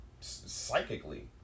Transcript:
psychically